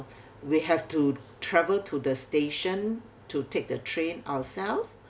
we have to travel to the station to take the train ourself